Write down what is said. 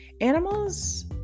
animals